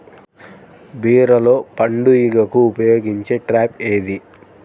బీరలో పండు ఈగకు ఉపయోగించే ట్రాప్ ఏది?